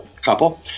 couple